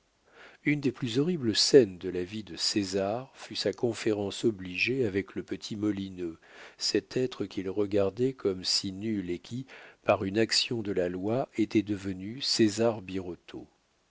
une des plus horribles scènes de la vie de césar fut sa conférence obligée avec le petit molineux cet être qu'il regardait comme si nul et qui par une fiction de la loi était devenu césar